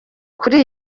kuri